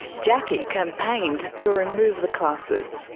jacqui campaigned to remove the classes.